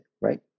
right